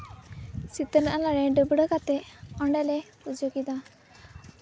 ᱥᱤᱛᱟᱹ ᱱᱟᱞᱟᱨᱮ ᱰᱟᱹᱵᱽᱨᱟᱹ ᱠᱟᱛᱮᱫ ᱚᱸᱰᱮᱞᱮ ᱯᱩᱡᱟᱹ ᱠᱮᱫᱟ